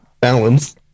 balance